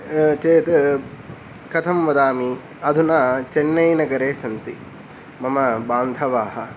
चेत् कथं वदामि अधुना चेन्नैनगरे सन्ति मम बान्धवाः